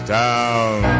town